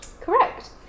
Correct